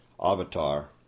avatar